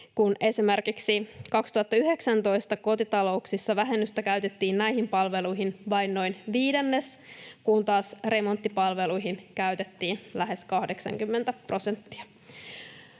kun esimerkiksi 2019 kotitalouksissa vähennystä käytettiin näihin palveluihin vain noin viidennes, kun taas remonttipalveluihin käytettiin lähes 80 prosenttia.